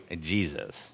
Jesus